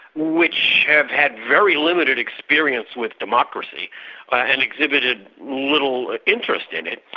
which have had very limited experience with democracy and exhibited little interest in it,